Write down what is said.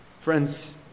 Friends